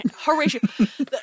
Horatio